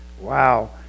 wow